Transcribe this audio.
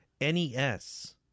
NES